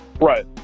Right